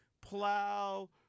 plow